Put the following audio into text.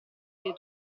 dei